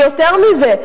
ויותר מזה,